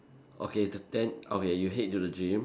okay then okay you head to the gym